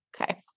Okay